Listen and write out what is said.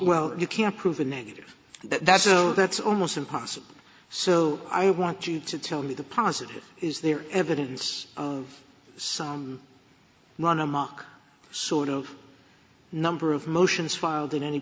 well you can't prove a negative that's so that's almost impossible so i want you to tell me the positive is there evidence of some run amok sort of number of motions filed in any